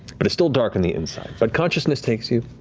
but it's still dark on the inside, but consciousness takes you.